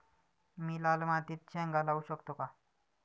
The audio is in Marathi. मी लाल मातीत शेंगा लावू शकतो का?